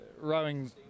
rowing